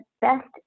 Best